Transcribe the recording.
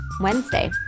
Wednesday